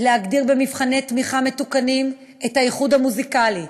להגדיר במבחני תמיכה מתוקנים את הייחוד המוזיקלי,